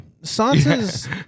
Sansa's